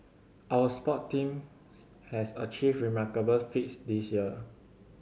our sport team has achieved remarkable feats this year